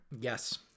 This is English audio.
yes